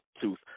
Tooth